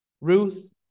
Ruth